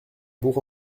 bourg